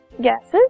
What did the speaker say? gases